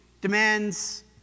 demands